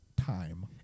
time